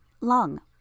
Lung